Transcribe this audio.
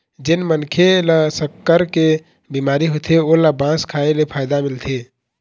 जेन मनखे ल सक्कर के बिमारी होथे ओला बांस खाए ले फायदा मिलथे